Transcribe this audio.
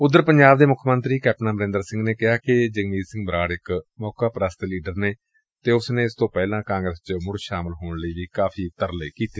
ਉਧਰ ਪੰਜਾਬ ਦੇ ਮੁੱਖ ਮੰਤਰੀ ਕੈਪਟਨ ਅਮਰਿੰਦਰ ਸਿੰਘ ਨੇ ਕਿਹਾ ਕਿ ਜਗਮੀਤ ਬਰਾੜ ਇਕ ਮੌਕਾ ਪ੍ਸਤ ਲੀਡਰ ਨੇ ਉਸ ਨੇ ਇਸ ਤੋਂ ਪਹਿਲਾਂ ਕਾਂਗਰਸ ਵਿਚ ਮੁਤ ਸ਼ਾਮਲ ਹੋਣ ਲਈ ਵੀ ਕਾਫ਼ੀ ਤਰਲੇ ਕੀਤੇ